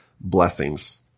blessings